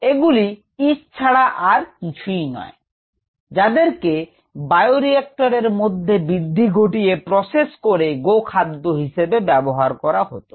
এগুলি ইষ্ট ছাড়া আর কিছুই নয় যাদেরকে বায়োরিক্টর এর মধ্যে বৃদ্ধি ঘটিয়ে প্রসেস করে গোখাদ্য হিসেবে ব্যবহার করা হতো